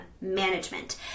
management